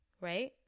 right